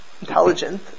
intelligent